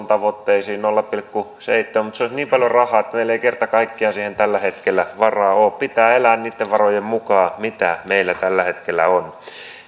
tavoitteisiin nolla pilkku seitsemään mutta se olisi niin paljon rahaa että meillä ei kerta kaikkiaan siihen tällä hetkellä varaa ole pitää elää niitten varojen mukaan mitä meillä tällä hetkellä on